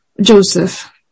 Joseph